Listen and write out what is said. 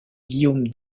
guillaume